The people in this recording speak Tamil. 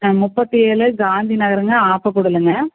முப்பத்தேழு காந்திநகருங்க ஆப்பக்கூடலுங்க